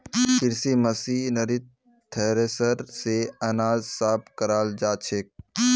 कृषि मशीनरीत थ्रेसर स अनाज साफ कराल जाछेक